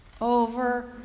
Over-